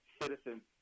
citizens